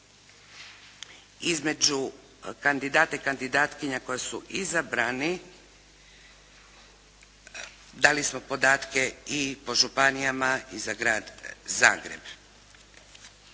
Između kandidata i kandidatkinja koji su izabrani dali smo podatke i po županijama i za Grad Zagreb.